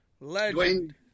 Legend